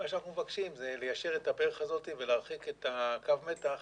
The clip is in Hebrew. אנחנו מבקשים ליישר את הברך הזאת ולהרחיק את קו המתח